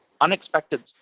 unexpected